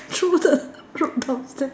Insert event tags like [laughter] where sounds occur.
throw the [noise] drop downstairs